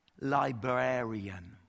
librarian